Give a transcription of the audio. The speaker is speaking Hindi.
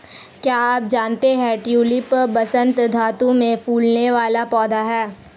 क्या आप जानते है ट्यूलिप वसंत ऋतू में फूलने वाला पौधा है